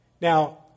Now